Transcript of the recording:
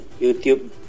YouTube